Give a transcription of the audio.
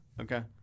Okay